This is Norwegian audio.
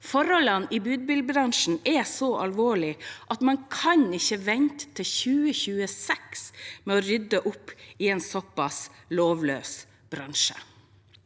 Forholdene i budbilbransjen er så alvorlige at man ikke kan vente til 2026 med å rydde opp i en såpass lovløs bransje.